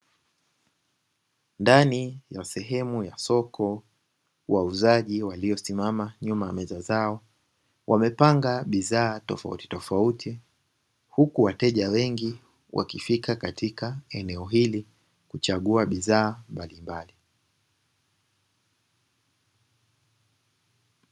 Ndani ya sehemu ya soko wauzaji waliosimama nyuma ya meza zao wamepanga bidhaa tofautitofauti, huku wateja wengi wakifika katika eneo hili kuchagua bidhaa mbalimbali.